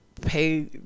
pay